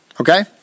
Okay